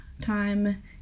time